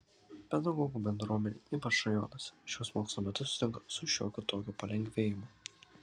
pedagogų bendruomenė ypač rajonuose šiuos mokslo metus sutinka su šiokiu tokiu palengvėjimu